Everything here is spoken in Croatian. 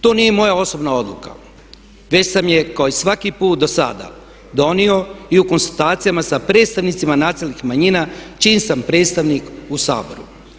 To nije moja osobna odluka već sam je kao i svaki put do sada donio i u konstatacijama sa predstavnicima nacionalnih manjina čiji sam predstavnik u Saboru.